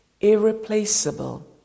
irreplaceable